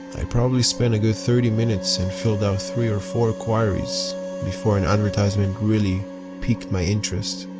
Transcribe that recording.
i probably spent a good thirty minutes and filled out three or four queries before an advertisement really piqued my interest.